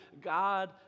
God